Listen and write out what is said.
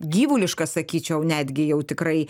gyvuliškas sakyčiau netgi jau tikrai